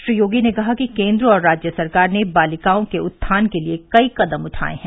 श्री योगी ने कहा कि केंद्र और राज्य सरकार ने बालिकाओं के उत्थान के लिए कई कदम उठाये हैं